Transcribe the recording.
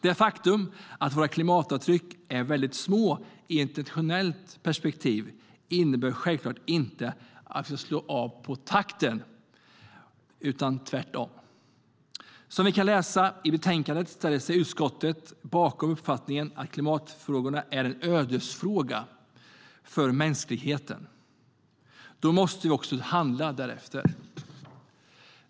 Det faktum att våra klimatavtryck är väldigt små i ett internationellt perspektiv innebär självklart inte att vi ska slå av på takten utan tvärtom. Som vi kan läsa i betänkandet ställer sig utskottet bakom uppfattningen att klimatfrågorna är en ödesfråga för mänskligheten. Då måste vi också handla därefter.